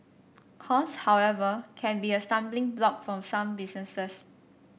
cost however can be a stumbling block for some businesses